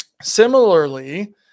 Similarly